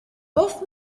both